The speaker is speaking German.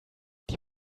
die